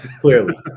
Clearly